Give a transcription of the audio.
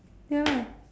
ya